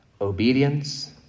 obedience